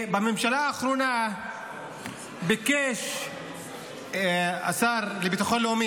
בממשלה האחרונה ביקש השר לביטחון לאומי